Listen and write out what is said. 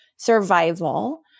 survival